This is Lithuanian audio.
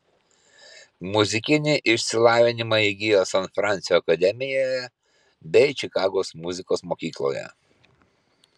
muzikinį išsilavinimą įgijo san fransio akademijoje bei čikagos muzikos mokykloje